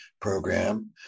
program